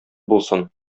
булсын